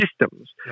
systems